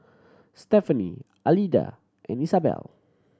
Stefani Alida and Isabel